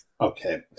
Okay